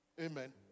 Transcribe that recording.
Amen